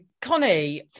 Connie